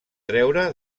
treure